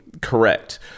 correct